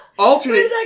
Alternate